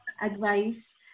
advice